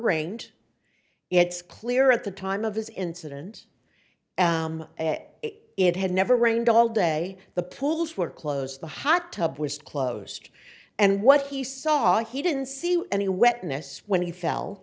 rained it's clear at the time of his incident it had never rained all day the pools were closed the hot tub was closed and what he saw he didn't see any wetness when he fell